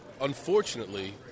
unfortunately